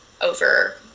over